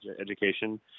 education